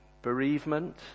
Bereavement